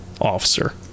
officer